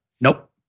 Nope